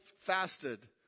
fasted